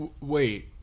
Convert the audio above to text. Wait